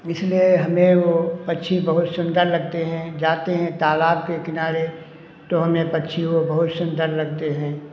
इसलिए हमें वो पक्षी बहुत सुंदर लगते हैं जाते हैं तालाब के किनारे तो हमें पक्षी वो बहुत सुंदर लगते हैं